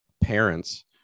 parents